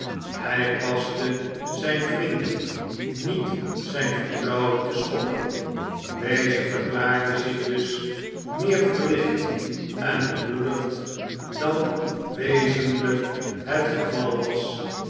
het paste zjjn vriend niet zjjn vertrouwen te schokken deze verklaarde zich dus meer verlicht en bemoedigd dan wezenhjk het geval was